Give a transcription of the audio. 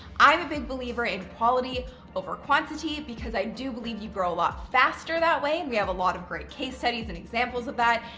i'm a big believer in quality over quantity because i do believe you grow a lot faster that way, and we have a lot of great case studies and examples of that.